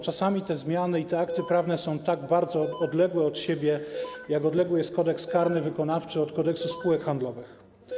Czasami te zmiany i akty prawne są tak bardzo odległe od siebie, jak odległy jest Kodeks karny wykonawczy od Kodeksu spółek handlowych.